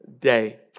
day